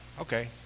Okay